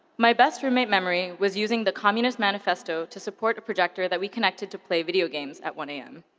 my best roommate memory was using the communist manifesto to support a projector that we connected to play video games at one am.